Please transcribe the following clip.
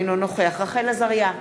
אינו נוכח רחל עזריה,